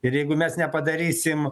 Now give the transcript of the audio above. ir jeigu mes nepadarysim